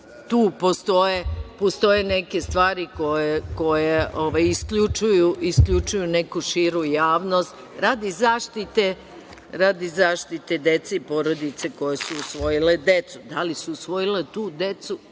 tu postoje neke stvari koje isključuju neku širu javnost radi zaštite dece i porodice koje su usvojile decu. Da li su usvojile tu decu